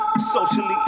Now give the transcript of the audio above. Socially